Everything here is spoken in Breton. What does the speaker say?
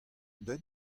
deuit